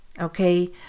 okay